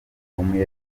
abarundi